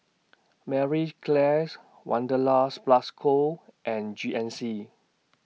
Marie Claires Wanderlust Plus Co and G N C